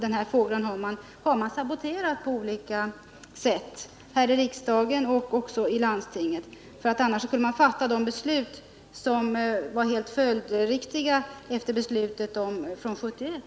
Det visar att man har saboterat frågan på olika sätt, här i riksdagen och också i landstingen, eftersom man annars skulle ha fattat de beslut som varit helt följdriktiga efter beslutet år 1971.